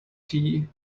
key